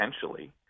potentially